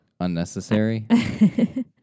Unnecessary